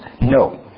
No